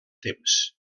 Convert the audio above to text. temps